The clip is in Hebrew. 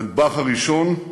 הנדבך הראשון,